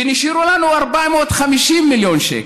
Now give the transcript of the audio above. ונשארו לנו 450 מיליון שקל.